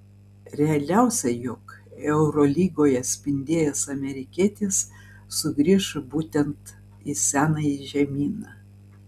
realiausia jog eurolygoje spindėjęs amerikietis sugrįš būtent į senąjį žemyną